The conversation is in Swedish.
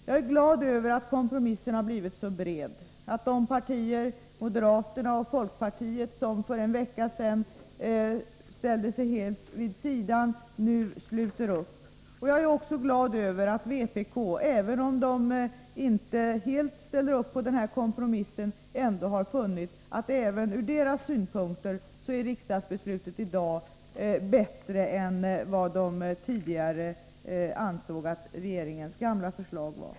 Jag är glad över att kompromissen blivit så bred och över att de partier — moderaterna och folkpartiet — som för en vecka sedan ställde sig helt vid sidan om nu också sluter upp. Jag är också glad över att vpk, även om de inte helt ställer sig bakom den här kompromissen, ändå har funnit att det beslut vi nu kommer att fatta även från deras synpunkt är bättre än de ansåg att regeringens gamla förslag var.